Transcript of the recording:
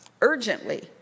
urgently